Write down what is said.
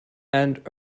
and